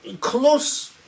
Close